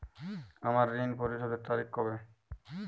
আমার ঋণ পরিশোধের তারিখ কবে?